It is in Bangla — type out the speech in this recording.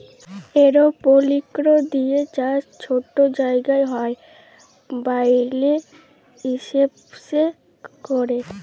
এরওপলিক্স দিঁয়ে চাষ ছট জায়গায় হ্যয় ব্যইলে ইস্পেসে ক্যরে